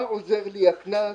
מה יעזור לי הקנס?